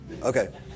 okay